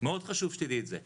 מאוד חשוב שתדעי את זה.